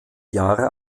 jahre